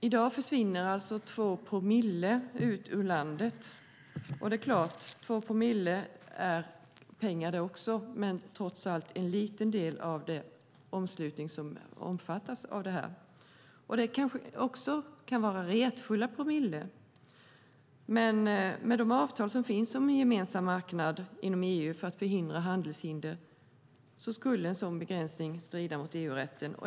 I dag försvinner 2 promille ut ur landet. Det är pengar det också, men det är trots allt en mycket liten del av den omslutning som omfattas av detta. Det kan vara retfulla promillen, men en sådan begränsning skulle med de avtal som finns inom EU för att förhindra handelshinder strida mot EU-rätten.